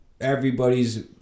everybody's